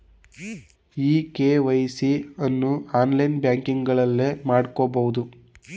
E KYC ಅನ್ನು online ಬ್ಯಾಂಕಿಂಗ್ನಲ್ಲೇ ಮಾಡ್ಕೋಬೋದು